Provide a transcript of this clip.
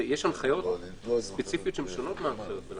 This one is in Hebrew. יש הנחיות ספציפיות שהן שונות מההנחיות שלכם.